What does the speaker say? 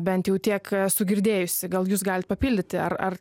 bent jau tiek esu girdėjusi gal jūs galit papildyti ar ar